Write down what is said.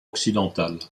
occidentale